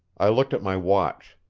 i looked at my watch.